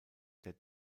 der